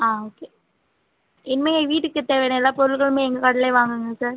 ஆ okay இனிமே வீட்டுக்கு தேவையான எல்லாம் பொருள்களுமே எங்கள் கடையிலயே வாங்குங்க சார்